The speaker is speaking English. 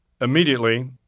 Immediately